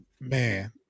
Man